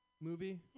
movie